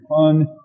fun